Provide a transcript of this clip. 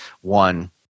one